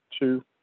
two